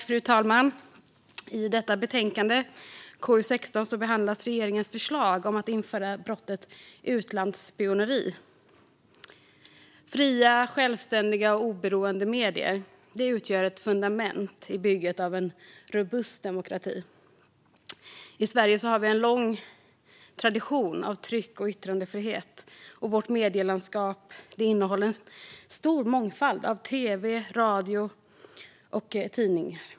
Fru talman! I detta betänkande, KU16, behandlas regeringens förslag om att införa brottet utlandsspioneri. Fria, självständiga och oberoende medier utgör ett fundament i bygget av en robust demokrati. I Sverige har vi en lång tradition av tryck och yttrandefrihet, och vårt medielandskap innehåller en stor mångfald av tv och radiokanaler och tidningar.